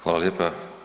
Hvala lijepa.